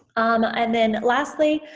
um and then lastly,